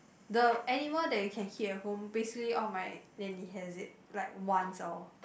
the animal that you can keep at home basically all my nanny has it like once or